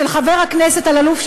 אצל חבר הכנסת אלאלוף,